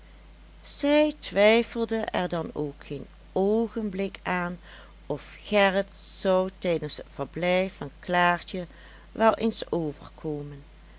zij twijfelde er dan ook geen oogenblik aan of gerrit zou tijdens het verblijf van klaartje wel eens overkomen